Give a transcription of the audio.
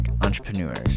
entrepreneurs